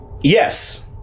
Yes